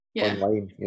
online